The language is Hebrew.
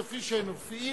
כפי שהם מופיעים,